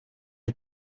you